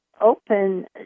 open